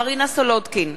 (קוראת בשמות חברי הכנסת) מרינה סולודקין,